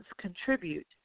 contribute